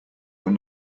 were